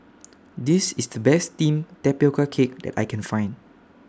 This IS The Best Steamed Tapioca Cake that I Can Find